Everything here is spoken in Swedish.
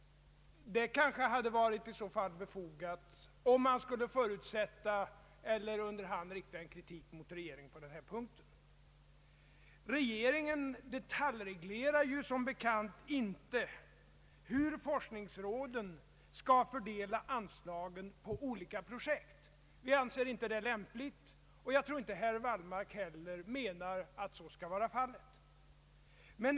Det hade kanske varit befogat, om man under hand skall rikta en kritik mot regeringen för handläggningen av denna fråga. Regeringen detaljreglerar ju som bekant inte hur forskningsråden skall fördela anslagen på olika projekt. Vi anser det inte vara lämpligt, och jag tror inte heller att herr Wallmark menar att det så skall tillgå.